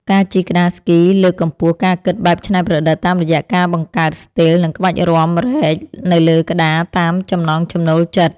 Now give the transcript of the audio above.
ការជិះក្ដារស្គីលើកកម្ពស់ការគិតបែបច្នៃប្រឌិត តាមរយៈការបង្កើតស្ទីល និងក្បាច់រាំរែកនៅលើក្ដារតាមចំណង់ចំណូលចិត្ត។